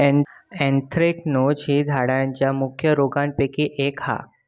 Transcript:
anthracnose ही झाडांच्या मुख्य रोगांपैकी एक हा